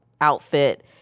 outfit